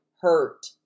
hurt